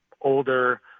older